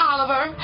Oliver